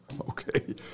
okay